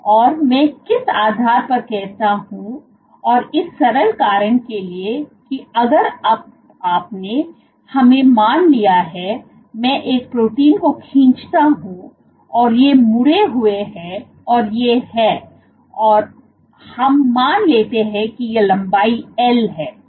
और मैं किस आधार पर कहता हूं और इस सरल कारण के लिए कि अगर आपने हमें मान लिया है मैं एक प्रोटीन को खींचता हूं और ये मुड़े हुए हैं और ये हैं और अब हम मान लेते हैं कि यह लंबाई L हैं